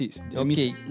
Okay